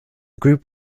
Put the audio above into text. group